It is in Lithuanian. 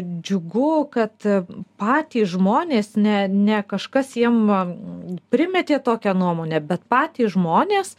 džiugu kad patys žmonės ne ne kažkas jiem primetė tokią nuomonę bet patys žmonės